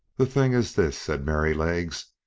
the thing is this, said merrylegs,